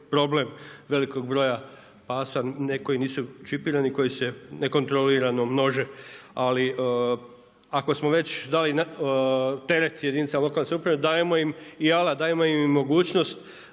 problem velikog broja pasa koji nisu čipirani, koji se nekontrolirano množe, ali ako smo već dali teret jedinicama lokalne samouprave, dajemo im i alat, dajemo im i mogućnost